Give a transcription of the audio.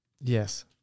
Yes